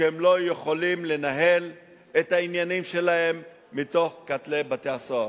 שהם לא יכולים לנהל את העניינים שלהם מתוך בתי-הסוהר.